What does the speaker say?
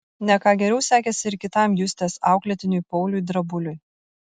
ne ką geriau sekėsi ir kitam justės auklėtiniui pauliui drabuliui